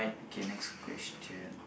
okay next question